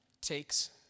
takes